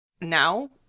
now